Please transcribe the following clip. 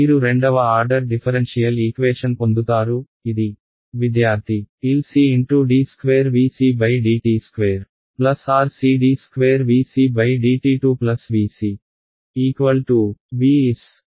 మీరు రెండవ order differential equation పొందుతారు ఇది విద్యార్థి LC x d2 VC dt2 RC d2 VC dt2 VC V S